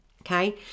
okay